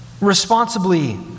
responsibly